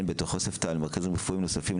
הן בתוך יוספטל והן במרכזים רפואיים נוספים,